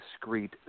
discrete